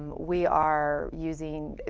we are using,